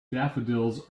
daffodils